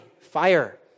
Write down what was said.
fire